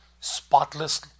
spotless